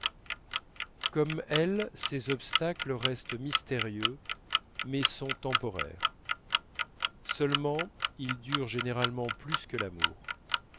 comme elles ces obstacles restent mystérieux mais sont temporaires seulement ils durent généralement plus que l'amour